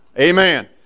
Amen